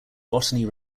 botany